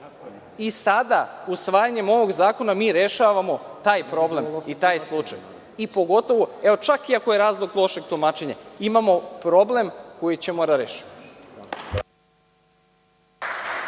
Sada, usvajanjem ovog zakona, mi rešavamo taj problem i taj slučaj, čak i ako je razlog lošeg tumačenja, imamo problem koji ćemo da rešimo.